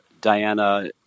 Diana